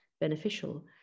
beneficial